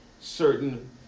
certain